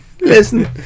Listen